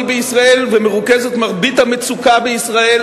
בישראל ומרוכזת מרבית המצוקה בישראל,